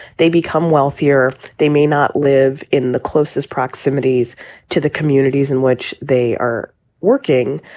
they become wealthier. they may not live in the closest proximities to the communities in which they are working.